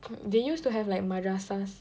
they used to have like madrasahs